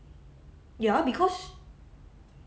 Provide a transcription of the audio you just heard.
ya because